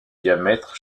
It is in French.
diamètre